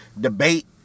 Debate